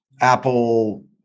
Apple